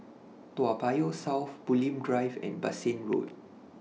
Toa Payoh South Bulim Drive and Bassein Road